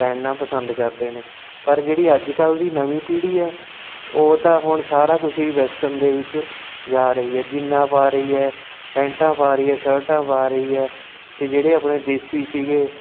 ਪਹਿਨਣਾ ਪਸੰਦ ਕਰਦੇ ਨੇ ਪਰ ਜਿਹੜੀ ਅੱਜ ਕੱਲ੍ਹ ਦੀ ਨਵੀਂ ਪੀੜ੍ਹੀ ਹੈ ਉਹ ਤਾਂ ਹੁਣ ਸਾਰਾ ਕੁਛ ਹੀ ਵੈਸਟਰਨ ਦੇ ਵਿੱਚ ਜਾ ਰਹੀ ਹੈ ਜੀਨਾਂ ਪਾ ਰਹੀ ਹੈ ਪੈਂਟਾਂ ਪਾ ਰਹੀ ਹੈ ਸ਼ਰਟਾਂ ਪਾ ਰਹੀ ਹੈ ਅਤੇ ਜਿਹੜੇ ਆਪਣੇ ਦੇਸੀ ਸੀਗੇ